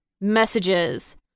messages